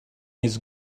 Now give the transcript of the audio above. his